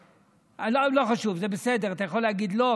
לא חשוב, זה בסדר, אתה יכול להגיד לא.